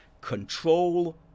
control